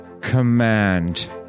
command